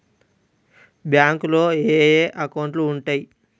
బ్యాంకులో ఏయే అకౌంట్లు ఉంటయ్?